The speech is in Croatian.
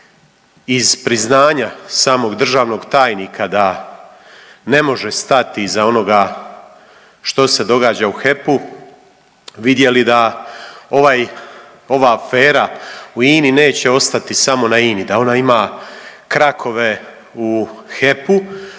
iz priznanja samog državnog tajnika da ne može stati iza onoga što se događa u HEP-u vidjeli da ova afera u INA-i neće ostati samo na INA-i, da ona ima krakove u HEP-u,